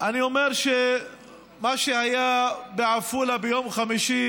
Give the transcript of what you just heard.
אני אומר שמה שהיה בעפולה ביום חמישי